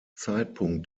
zeitpunkt